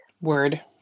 word